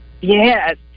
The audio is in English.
Yes